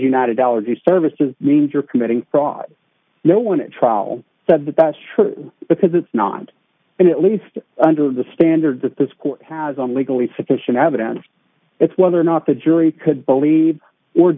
united allergies services means you're committing fraud no one at trial said that that's true because it's not and at least under the standard that this court has on legally sufficient evidence it's whether or not the jury could believe or